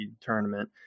tournament